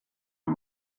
amb